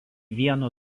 vieno